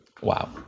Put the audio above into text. Wow